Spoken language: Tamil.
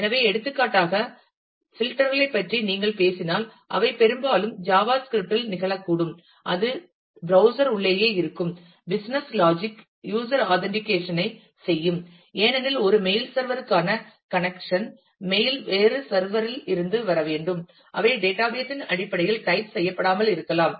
எனவே எடுத்துக்காட்டாக பில்டர் களை பற்றி நீங்கள் பேசினால் அவை பெரும்பாலும் ஜாவா ஸ்கிரிப்ட்டில் நிகழக்கூடும் அது ப்ரௌஸ்சர் உள்ளேயே இருக்கும் பிசினஸ் லாஜிக் யூஸர் ஆதன்டிக்கேஷன் ஐ செய்யும் ஏனெனில் ஒரு மெயில் சர்வர் க்கான கனெக்சன் மெயில்கள் வேறு சர்வர் இல் இருந்து வர வேண்டும் அவை டேட்டாபேஸ் இன் அடிப்படையில் டைப் செய்யப்படாமல் இருக்கலாம்